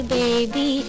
baby. ¶